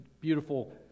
beautiful